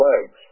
legs